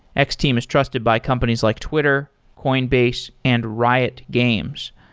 x-team is trusted by companies like twitter, coinbase and riot games.